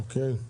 אוקיי.